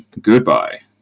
Goodbye